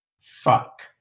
Fuck